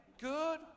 Good